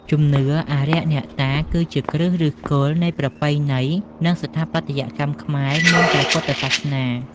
ជំនឿអារក្សអ្នកតា គឺជាគ្រឹះឫសគល់នៃប្រពៃណីនិងស្ថាបត្យកម្មខ្មែរមុនព្រះពុទ្ធសាសនា។